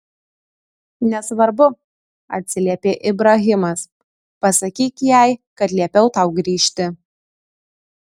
nesvarbu atsiliepė ibrahimas pasakyk jai kad liepiau tau grįžti